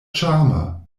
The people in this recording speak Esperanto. ĉarma